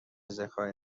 ذخایر